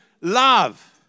love